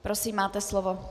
Prosím, máte slovo.